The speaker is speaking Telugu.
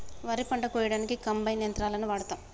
వరి పంట కోయడానికి కంబైన్ యంత్రాలని వాడతాం